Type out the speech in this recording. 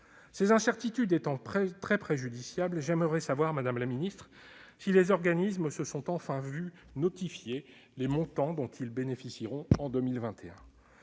Ces incertitudes étant très préjudiciables, j'aimerais savoir, madame la ministre, si les organismes se sont enfin vu notifier les montants dont ils bénéficieront en 2021.